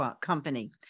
company